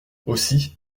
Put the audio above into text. aussi